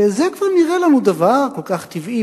זה כבר נראה לנו דבר כל כך טבעי,